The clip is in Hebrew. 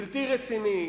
בלתי רציני,